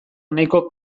nahiko